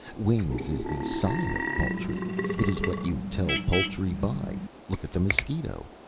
wings is the sign of poultry it is what you tell poultry by. look at the mosquito.